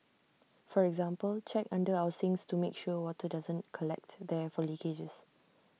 for example check under our sinks to make sure water doesn't collect there from leakages